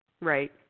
Right